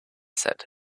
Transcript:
said